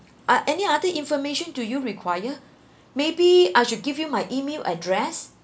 ah any other information to you require maybe I should give you my email address